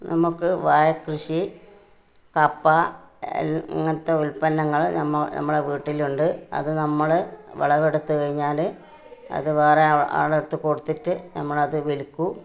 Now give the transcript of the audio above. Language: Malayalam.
നമുക്ക് വാഴകൃഷി കപ്പ അങ്ങനത്തെ ഉല്പന്നങ്ങള് നം നമ്മുടെ വീട്ടിൽ ഉണ്ട് അത് നമ്മൾ വിളവെടുത്ത് കഴിഞ്ഞാൽ അത് വേറെ ആളുടെ അടുത്ത് കൊടുത്തിട്ടു നമ്മൾ അത് വില്ക്കും